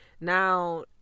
now